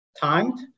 timed